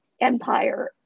Empire